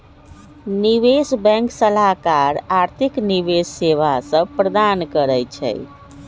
निवेश बैंक सलाहकार आर्थिक निवेश सेवा सभ प्रदान करइ छै